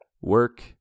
work